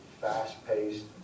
fast-paced